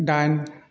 दाइन